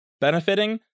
benefiting